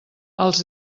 els